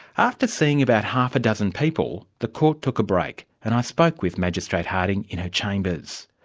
after seeing about half a dozen people, the court took a break and i spoke with magistrate harding in her chambers.